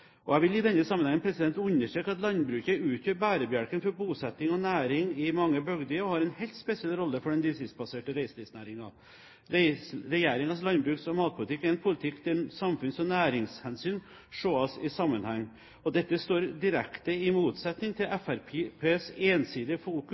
Jeg vil i denne sammenheng understreke at landbruket utgjør bærebjelken for bosetting og næring i mange bygder og har en helt spesiell rolle for den distriktsbaserte reiselivsnæringen. Regjeringens landbruks- og matpolitikk er en politikk der samfunns- og næringshensyn ses i sammenheng. Dette står i direkte motsetning til